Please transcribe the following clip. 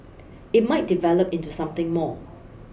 it might develop into something more